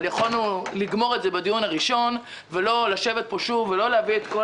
אבל יכולנו לגמור את זה בדיון הראשון ולא לשבת פה שוב ולהביא את כל